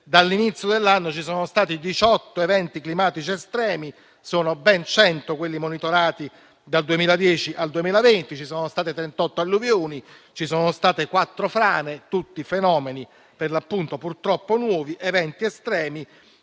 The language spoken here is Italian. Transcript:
dall'inizio dell'anno ci sono stati diciotto eventi climatici estremi e sono ben cento quelli monitorati dal 2010 al 2020; ci sono state trentotto alluvioni e quattro frane: tutti fenomeni purtroppo nuovi, eventi estremi